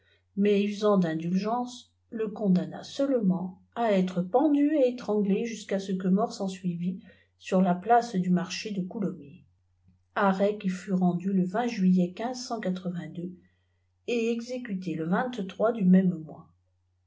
mais usant d'indulgence le condamna seulement à être pendu et éiranglé jusqu'à ce que mort s'ensuivît sur la place du marché de coulommiers arrêt qui fut rendu le juillet et exécuté le du même mois